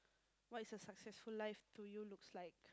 what is a successful life to you looks like